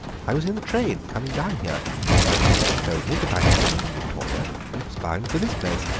i was in the train coming down here my ticket told me that i had come from victoria and was bound for this place.